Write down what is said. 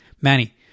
Manny